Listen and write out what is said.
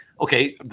okay